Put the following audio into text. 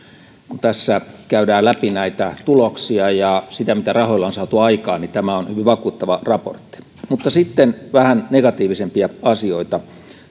kun tässä käydään läpi näitä tuloksia ja sitä mitä rahoilla on saatu aikaan niin tämä on hyvin vakuuttava raportti mutta sitten vähän negatiivisempia asioita